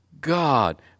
God